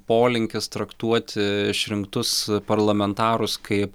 polinkis traktuoti išrinktus parlamentarus kaip